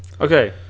Okay